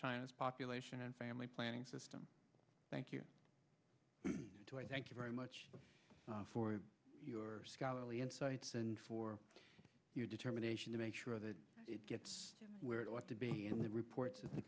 china's population and family planning system thank you thank you very much for your scholarly insights and for your determination to make sure that it gets where it ought to be in the reports of the